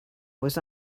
was